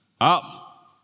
Up